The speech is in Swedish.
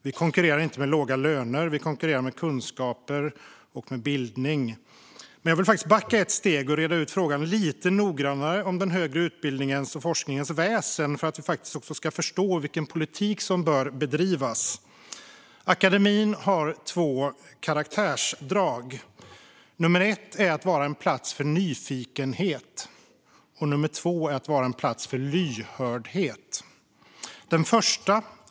Vi konkurrerar inte med låga löner, utan vi konkurrerar med kunskaper och med bildning. Men jag vill backa ett steg och reda ut frågan om den högre utbildningens och forskningens väsen lite noggrannare för att vi ska förstå vilken politik som bör bedrivas. Akademin har två karaktärsdrag: att vara en plats för nyfikenhet och att vara en plats för lyhördhet.